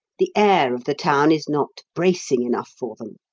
the air of the town is not bracing enough for them.